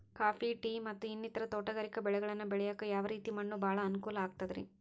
Coffee, tea, ಮತ್ತ ಇನ್ನಿತರ ತೋಟಗಾರಿಕಾ ಬೆಳೆಗಳನ್ನ ಬೆಳೆಯಾಕ ಯಾವ ರೇತಿ ಮಣ್ಣ ಭಾಳ ಅನುಕೂಲ ಆಕ್ತದ್ರಿ?